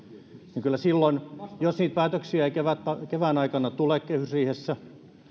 eli jos niitä päätöksiä ei kevään aikana tule kehysriihessä